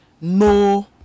no